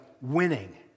winning